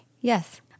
Yes